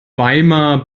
weimar